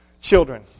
Children